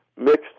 mixed